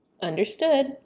understood